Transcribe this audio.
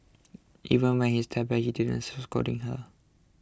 even when he stepped back he didn't scolding her